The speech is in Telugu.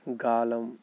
గాలం